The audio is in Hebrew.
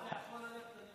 אדוני השר, אתה יכול ללכת.